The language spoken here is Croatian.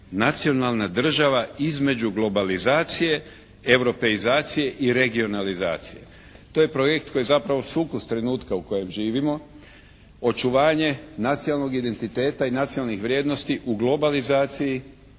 "Nacionalna država između globalizacije, europeizacije i regionalizacije". To je projekt koji je zapravo sukus trenutka u kojem živimo, očuvanje nacionalnog identiteta i nacionalnih vrijednosti u globalizaciji,